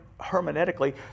hermeneutically